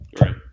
right